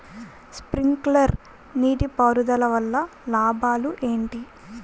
Sprinkler నీటిపారుదల వల్ల లాభాలు ఏంటి?